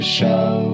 show